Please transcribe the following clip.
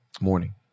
Morning